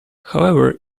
however